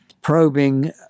probing